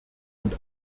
und